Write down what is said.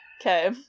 Okay